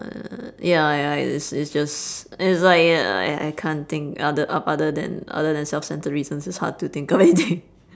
uh ya ya it's it's just it's like ya I can't think other up other than other than self-centred reasons it's hard to think of anything